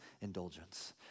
indulgence